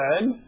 good